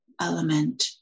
element